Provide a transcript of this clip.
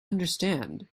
understand